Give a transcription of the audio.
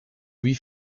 wie